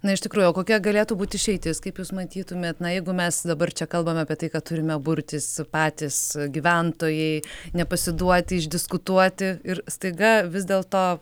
na iš tikrųjų o kokia galėtų būt išeitis kaip jūs matytumėt na jeigu mes dabar čia kalbam apie tai kad turime burtis patys gyventojai nepasiduoti išdiskutuoti ir staiga vis dėlto